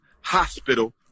Hospital